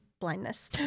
blindness